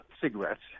cigarettes